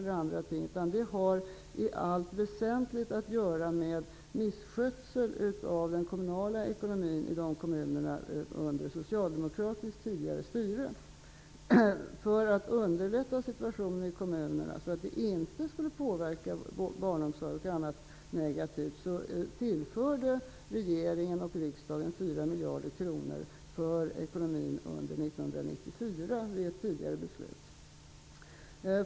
Det har i allt väsentligt att göra med misskötsel av den kommunala ekonomin i de kommunerna under socialdemokratiskt tidigare styre. För att underlätta situationen i kommunerna, så att det inte skulle påverka barnomsorg och annat negativt, tillförde regeringen och riksdagen 4 miljarder kronor för ekonomin under 1994 vid ett tidigare beslut.